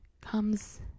comes